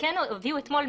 הודיעו אתמול,